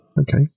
okay